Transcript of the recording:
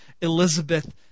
Elizabeth